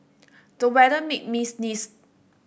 the weather made me sneeze